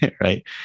right